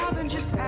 than just